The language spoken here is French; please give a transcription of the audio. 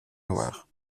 loir